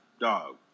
dog